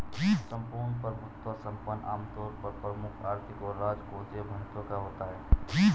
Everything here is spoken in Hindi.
सम्पूर्ण प्रभुत्व संपन्न आमतौर पर प्रमुख आर्थिक और राजकोषीय महत्व का होता है